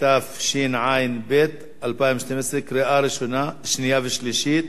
התשע"ב 2012, קריאה שנייה וקריאה שלישית.